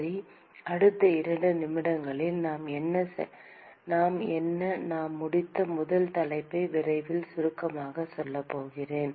சரி அடுத்த இரண்டு நிமிடங்களில் நாம் என்ன நாம் முடித்த முதல் தலைப்பை விரைவில் சுருக்கமாகச் சொல்லப் போகிறேன்